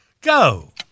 go